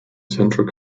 central